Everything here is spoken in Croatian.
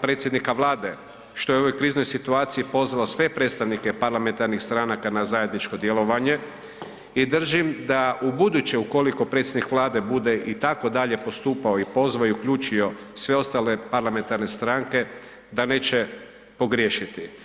predsjednika Vlade što je u ovoj kriznoj situaciji pozvao sve predstavnike parlamentarnih stranaka na zajedničko djelovanje i držim da ubuduće ukoliko predsjednik Vlade bude i tako dalje postupao i pozvao i uključio sve ostale parlamentarne stranke da neće pogriješiti.